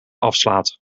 afslaat